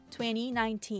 2019